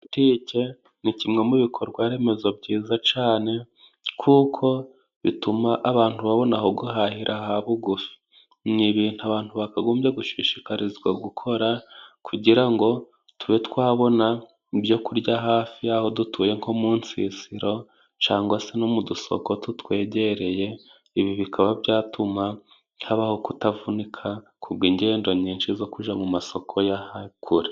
Butike ni kimwe mu bikorwa remezo byiza cane kuko bituma abantu babona aho guhahira ha bugufi. Ni ibintu abantu bakagombye gushishikarizwa gukora kugira ngo tube twabona ibyo kurya hafi y'aho dutuye nko mu nsisiro cangwa se no mu dusoko tutwegereye. Ibi bikaba byatuma habaho kutavunika kubw'igendo nyinshi zo kuja mu masoko ya kure.